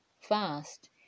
fast